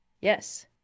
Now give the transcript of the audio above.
Yes